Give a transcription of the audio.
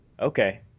Okay